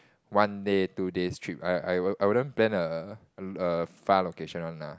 one day two days trip I I I wouldn't plan a a far location one lah